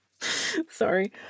Sorry